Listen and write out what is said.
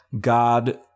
God